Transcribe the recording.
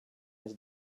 his